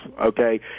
Okay